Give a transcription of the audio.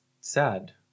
sad